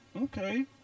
Okay